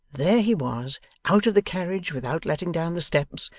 there he was out of the carriage without letting down the steps,